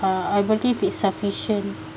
uh I believe it's sufficient